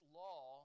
law